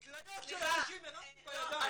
כליות של אנשים הרמתי בידיים.